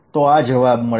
તો આ જવાબ છે